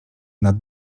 nad